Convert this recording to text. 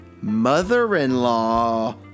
mother-in-law